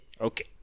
Okay